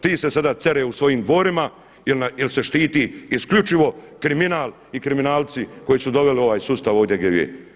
Ti se sada cere u svojim dvorima, jer se štiti isključivo kriminal i kriminalci koji su doveli ovaj sustav ovdje gdje je.